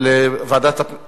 לוועדת הפנים